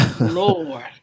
Lord